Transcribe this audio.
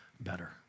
better